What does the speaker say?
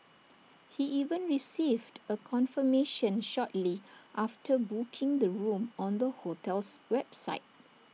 he even received A confirmation shortly after booking the room on the hotel's website